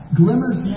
glimmers